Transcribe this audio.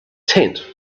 tent